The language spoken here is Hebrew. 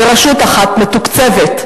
לרשות אחת מתוקצבת.